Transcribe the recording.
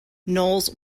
knowles